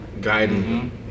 guiding